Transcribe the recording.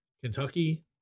Kentucky